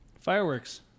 fireworks